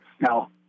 Now